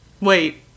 Wait